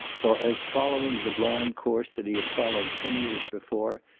for as, following the blind course that he had followed ten years before,